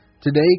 today